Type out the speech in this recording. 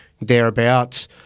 thereabouts